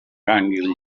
gànguil